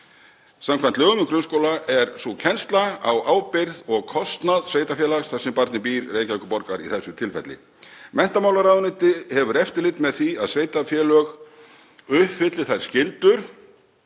Samkvæmt lögum um grunnskóla er sú kennsla á ábyrgð og kostnað sveitarfélags þar sem barnið býr, Reykjavíkurborgar í þessu tilfelli. Menntamálaráðuneyti hefur eftirlit með því að sveitarfélög uppfylli þær skyldur